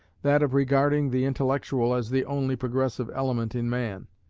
that of regarding the intellectual as the only progressive element in man,